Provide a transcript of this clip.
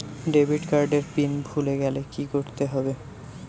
Debit card এর pin ভুলে গেলে কি করতে হবে?